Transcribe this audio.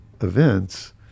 events